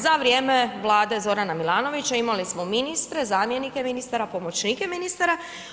Za vrijeme vlade Zorana Milanovića imali smo ministre, zamjenike ministara, pomoćnike ministara.